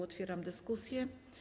Otwieram dyskusję.